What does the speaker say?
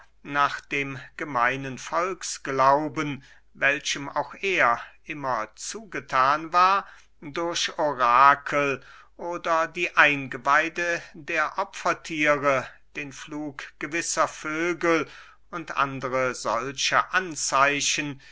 nach dem gemeinen volksglauben welchem auch er immer zugethan war durch orakel oder die eingeweide der opferthiere den flug gewisser vögel und andere solche anzeichen